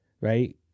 right